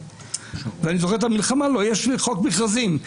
אני זוכר את המלחמה לא היה חוק מכרזים.